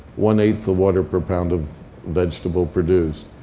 one eight the water per pound of vegetable produced.